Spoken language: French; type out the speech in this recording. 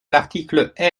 l’article